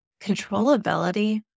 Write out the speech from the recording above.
controllability